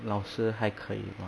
老师还可以吗